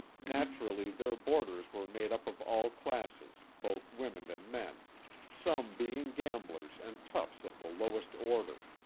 naturally their boarders were made up of all classes, both women and men some being gamblers and toughs of the lowest order.